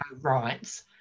rights